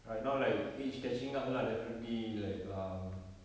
right now like age catching up lah definitely like um